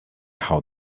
how